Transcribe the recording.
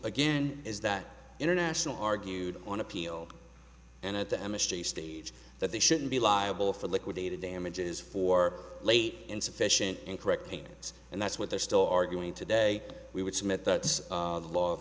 again is that international argued on appeal and at the m s g stage that they shouldn't be liable for liquidated damages for late insufficient in correcting it and that's what they're still arguing today we would submit that this law